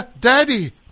daddy